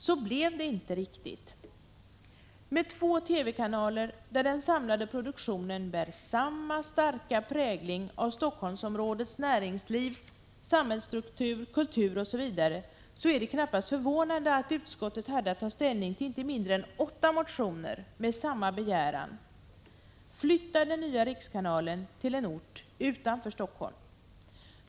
Så blev det inte riktigt. Med två TV-kanaler 3 juni 1986 där den samlade produktionen bär samma starka prägling av stockholmsområdets näringsliv, samhällsstruktur, kultur osv. är det knappast förvånande att utskottet hade att ta ställning till inte mindre än åtta motioner med samma begäran: flytta den nya rikskanalen till en ort utanför Helsingfors.